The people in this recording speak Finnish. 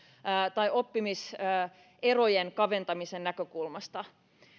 tai oppimiserojen kaventamisen näkökulmasta